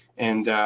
and